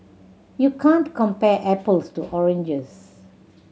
you can't compare apples to oranges